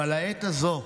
אבל לעת הזאת,